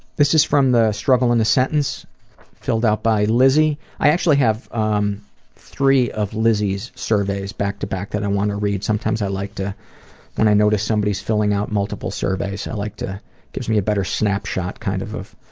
this is from the struggle in a sentence filled out by lizzy. i actually have um three of lizzy's surveys back to back that i want to read, sometimes i like to when i notice someone is filling out multiple surveys i like to, it gives me a better snapshot kind of of,